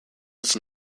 its